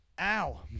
Ow